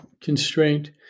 constraint